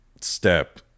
step